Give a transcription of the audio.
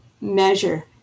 measure